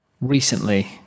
recently